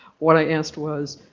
what i asked was